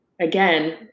again